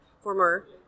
former